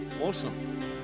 Awesome